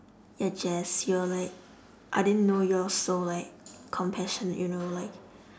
ya jace you're like I didn't know you're so like compassionate you know like